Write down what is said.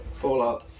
fallout